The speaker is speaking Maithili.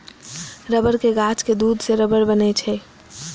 रबड़ के गाछक दूध सं रबड़ बनै छै